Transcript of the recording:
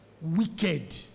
wicked